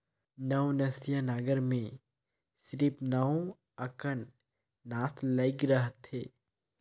नवनसिया नांगर मे सिरिप नव अकन नास लइग रहथे